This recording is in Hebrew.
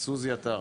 סוזי עטר.